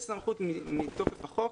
יש סמכות מתוקף החוק